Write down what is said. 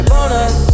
Bonus